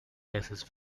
gases